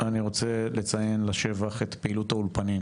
אני רוצה לציין לשבח את פעילות האולפנים,